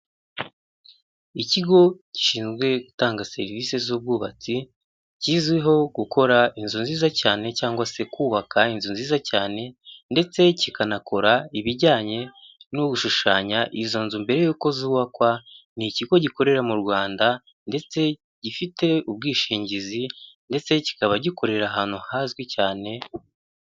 Ikigo gishinzwe gutanga serivisi z'ubwubatsi, kizwiho gukora inzu nziza cyane cyangwa se kubaka inzu nziza cyane, ndetse kikanakora ibijyanye no gushushanya izo nzu mbere y'uko zubakwa, ni ikigo gikorera mu Rwanda, ndetse gifite ubwishingizi, ndetse kikaba gikorera ahantu hazwi cyane.